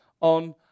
on